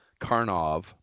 Karnov